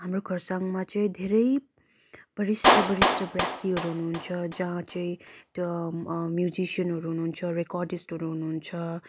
हाम्रो खरसाङमा चाहिँ धेरै वरिष्ठ वरिष्ठ व्यक्तिहरू हुनुहुन्छ जहाँ चाहिँ त्यो म्युजिसियनहरू हुनुहुन्छ रेकोर्डस्टहरू हुनुहुन्छ